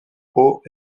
haut